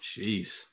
jeez